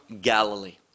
Galilee